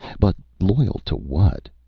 but loyal to what,